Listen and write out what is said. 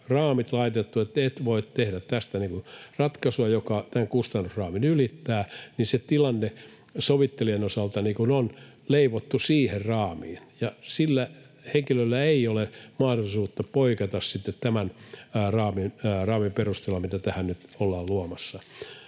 että et voi tehdä tästä ratkaisua, joka tämän kustannusraamin ylittää, niin se tilanne sovittelijan osalta niin kuin on leivottu siihen raamiin, ja sillä henkilöllä ei ole mahdollisuutta poiketa sitten tämän raamin perusteella, mitä tähän nyt ollaan luomassa.